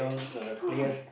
cannot